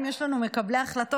האם יש לנו מקבלי החלטות?